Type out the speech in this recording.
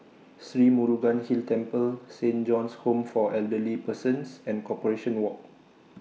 Sri Murugan Hill Temple Saint John's Home For Elderly Persons and Corporation Walk